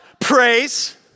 Praise